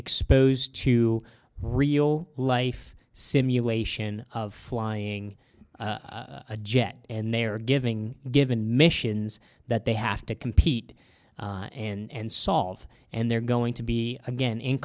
exposed to real life simulation of flying a jet and they are giving given missions that they have to compete and solve and they're going to be again in